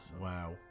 Wow